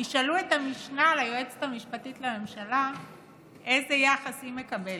תשאלו את המשנה ליועצת המשפטית לממשלה איזה יחס היא מקבלת.